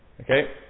Okay